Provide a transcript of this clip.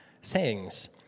sayings